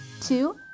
Two